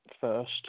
first